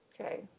Okay